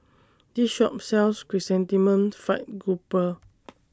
This Shop sells Chrysanthemum Fried Grouper